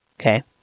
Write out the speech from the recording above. Okay